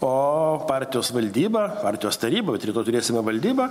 o partijos valdyba chartijos taryba vat rytoj turėsime valdybą